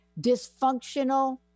dysfunctional